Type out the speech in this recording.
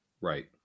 right